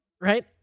Right